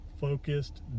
focused